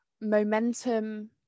momentum